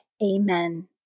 Amen